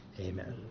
amen